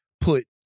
put